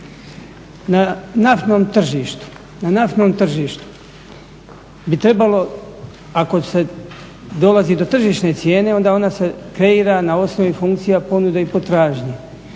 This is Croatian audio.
Na naftnom tržištu bi trebalo ako se dolazi do tržišne cijene onda ona se kreira na osnovi funkcija ponude i potražnje.